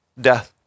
death